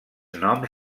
noms